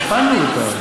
הכפלנו אותו.